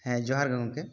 ᱦᱮᱸ ᱡᱚᱦᱟᱨ ᱜᱮ ᱜᱚᱢᱠᱮ